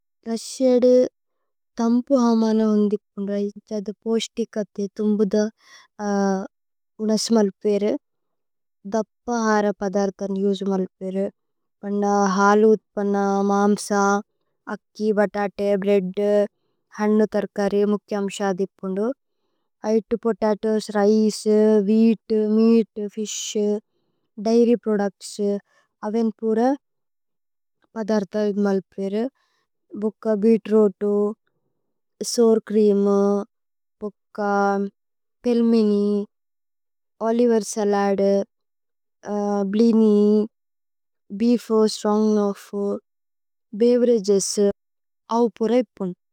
പ്രസിഏദു ഥമ്പു ഹമനു ഉന്ദിപുന്ദു ഇച്ഛ ദു പോശ്തി। കഥേ ഥുമ്ബുദ ഉനസ് മല്പേഇരു। ദപ്പഹര പദര്ഥന് യുജു മല്പേഇരു പന്ന ഹലുത്। പന്ന മാമ്സ, അക്കി, ബതതേ, ബ്രേദ്ദു, ഹന്നു। തര്കരി മുക്യമ്ശ അദിപുന്ദു ഐതു potatoes rice. Wheat, meat, fish, dairy products, അവേന് പുര। പദര്ഥ ഇദു മല്പേഇരു ഭുക്ക ബീത്രൂതു സൂര്। ച്രേഅമു ബുക്ക pelmeni Olivier salad blini. Beef stroganoff beverages അവ് പുര ഇപുന്ദു।